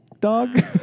dog